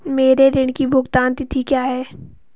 मेरे ऋण की भुगतान तिथि क्या है?